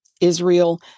Israel